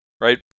right